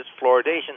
fluoridation